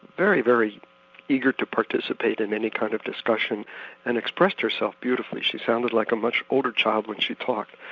very, very eager to participate in any kind of discussion and she expressed herself beautifully. she sounded like a much older child when she talked,